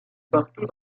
partout